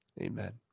Amen